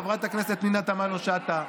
חברת הכנסת פנינה תמנו שטה,